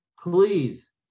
please